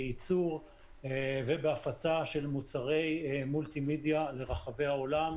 בייצור ובהפצה של מוצרי מולטימדיה לרחבי העולם,